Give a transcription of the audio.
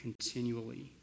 continually